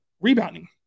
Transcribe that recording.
rebounding